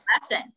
lesson